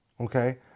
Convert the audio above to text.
okay